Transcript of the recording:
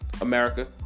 America